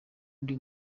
ndi